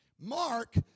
Mark